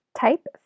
Type